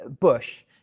bush